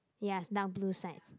yes now blue sides